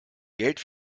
geld